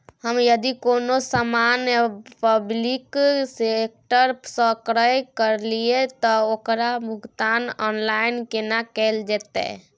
हम यदि कोनो सामान पब्लिक सेक्टर सं क्रय करलिए त ओकर भुगतान ऑनलाइन केना कैल जेतै?